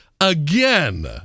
Again